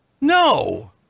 No